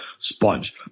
sponge